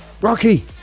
Rocky